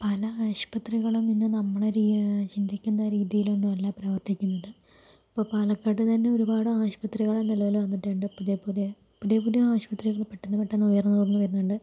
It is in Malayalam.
പല ആശ്പത്രികളും ഇന്ന് നമ്മൾ രീ ചിന്തിക്കുന്ന രീതിയിലൊന്നുമല്ല പ്രവർത്തിക്കുന്നത് ഇപ്പോൾ പാലക്കാട് തന്നെ ഒരുപാട് ആശുപത്രികൾ നിലവിൽ വന്നിട്ടുണ്ട് പുതിയ പുതിയ പുതിയ ആശുപത്രികൾ പെട്ടെന്ന് പെട്ടെന്ന് ഉയർന്ന് പൊങ്ങി വരുന്നുണ്ട്